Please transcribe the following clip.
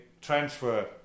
transfer